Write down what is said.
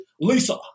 Lisa